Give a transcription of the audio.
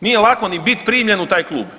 Nije lako ni biti primljen u taj klub.